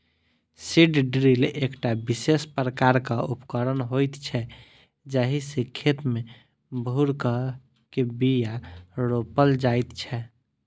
seed drill एकटा विशेष प्रकारक उपकरण होइत छै जाहि सॅ खेत मे भूर क के बीया रोपल जाइत छै